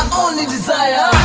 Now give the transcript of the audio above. only desire.